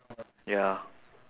ya